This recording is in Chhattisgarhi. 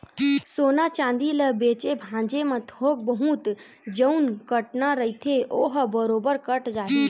सोना चांदी ल बेंचे भांजे म थोक बहुत जउन कटना रहिथे ओहा बरोबर कट जाही